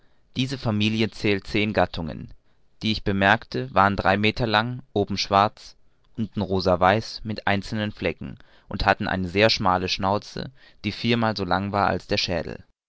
diese familie zählt zehn gattungen die ich bemerkte waren drei meter lang oben schwarz unten rosa weiß mit einzelnen flecken und hatten eine sehr schmale schnauze die viermal so lang war als der schädel